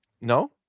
No